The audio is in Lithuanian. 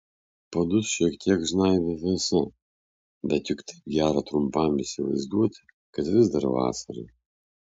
padus šiek tiek žnaibė vėsa bet juk taip gera trumpam įsivaizduoti kad vis dar vasara